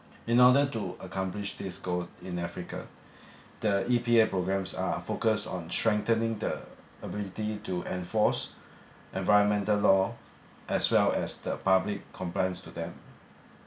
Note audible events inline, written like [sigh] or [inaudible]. in order to accomplish this goal in africa [breath] the E_P_A programmes are focused on strengthening the ability to enforce environmental law as well as the public complaints to them